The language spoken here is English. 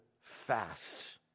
fast